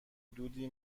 حدودی